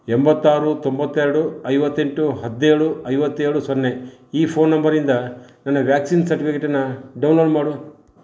ಎಂಬತ್ತಾರು ತೊಂಬತ್ತೆರಡು ಐವತ್ತೆಂಟು ಹದಿನೇಳು ಐವತ್ತೇಳು ಸೊನ್ನೆಈ ಫೋನ್ ನಂಬರಿಂದ ನನ್ನ ವ್ಯಾಕ್ಸಿನ್ ಸರ್ಟಿಫಿಕೇಟ್ ಅನ್ನು ಡೌನ್ಲೋಡ್ ಮಾಡು